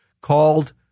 called